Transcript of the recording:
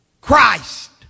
Christ